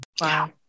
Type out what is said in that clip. Wow